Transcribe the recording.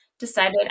decided